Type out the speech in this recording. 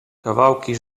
kawałki